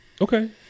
Okay